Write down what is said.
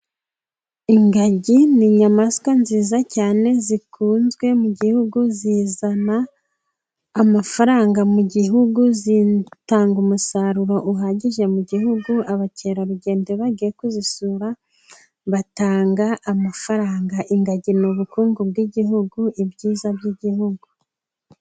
Ingagi ni inyamaswa nziza cyane, zikunzwe mu gihugu zizana amafaranga mu gihugu ,zitanga umusaruro uhagije mu gihugu .Abakerarugendo iyo bagiye kuzisura batanga amafaranga . Ingagi ni ubukungu bw'igihugu , ibyiza by'igihugu.